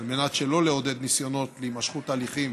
על מנת שלא לעודד ניסיונות להימשכות הליכים